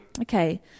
Okay